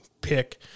pick